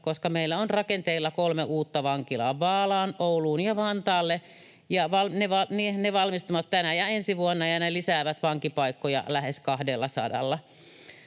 koska meillä on rakenteilla kolme uutta vankilaa: Vaalaan, Ouluun ja Vantaalle. Ne valmistuvat tänä ja ensi vuonna, ja ne lisäävät vankipaikkoja lähes 200:lla.